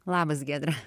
labas giedre